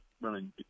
running